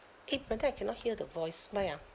eh but then I cannot hear the voice why ah